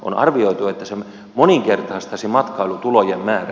on arvioitu että se moninkertaistaisi matkailutulojen määrän